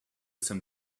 some